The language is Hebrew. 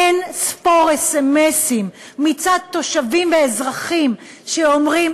אין-ספור סמ"סים מתושבים ואזרחים שאומרים: